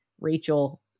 Rachel